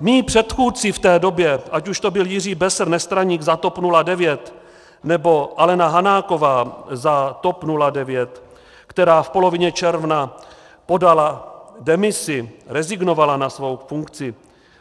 Mí předchůdci v té době, ať už to byli Jiří Besser, nestraník za TOP 09, nebo Alena Hanáková za TOP 09, která v polovině června podala demisi, rezignovala na svou funkci,